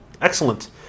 Excellent